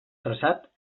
traçat